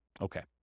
okay